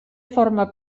forma